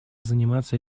заниматься